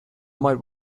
might